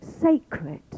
Sacred